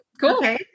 Cool